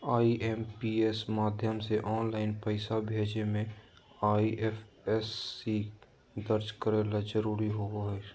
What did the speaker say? IMPS माध्यम से online पैसा भेजे मे आई.एफ.एस.सी दर्ज करे ला जरूरी होबो हय